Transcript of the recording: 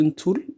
tool